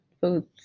foods